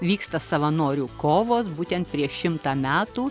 vyksta savanorių kovos būtent prieš šimtą metų